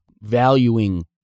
valuing